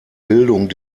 bildung